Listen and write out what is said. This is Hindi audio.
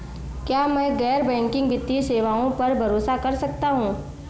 क्या मैं गैर बैंकिंग वित्तीय सेवाओं पर भरोसा कर सकता हूं?